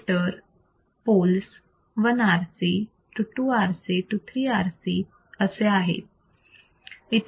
filter poles 1 RC to 2 RC to 3 RC असे आहेत